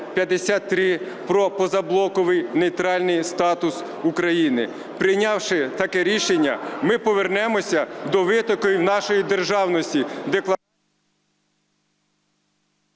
про позаблоковий, нейтральний статус України. Прийнявши таке рішення, ми повернемося до витоку нашої державності...